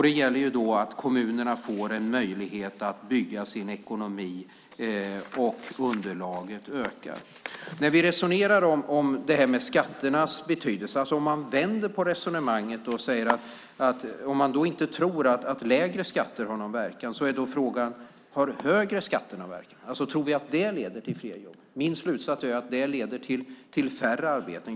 Då gäller det att kommunerna får en möjlighet att bygga sin ekonomi och att underlaget ökar. När vi resonerar om skatternas betydelse kan man vända på resonemanget. Om man inte tror att lägre skatter har någon verkan blir frågan om högre skatter har någon verkan, om högre skatter leder till fler jobb. Min slutsats är att högre skatter leder till färre arbeten.